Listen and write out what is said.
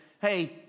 hey